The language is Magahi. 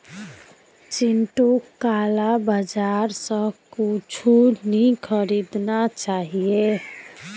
चिंटूक काला बाजार स कुछू नी खरीदना चाहिए